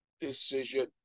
decision